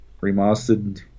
remastered